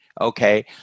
Okay